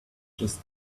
just